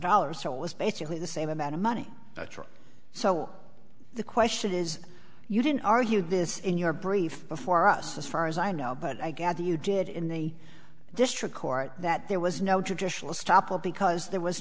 dollars so it was basically the same amount of money that's wrong so the question is you didn't argue this in your brief before us as far as i know but i gather you did in the district court that there was no traditional stoppel because there was